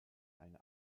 eine